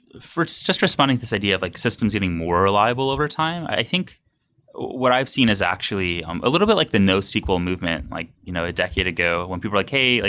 it's just responding to this idea of like systems getting more reliable over time. i think what i've seen is actually um a little bit like the nosql movement like you know a decade ago when people are like, hey, ah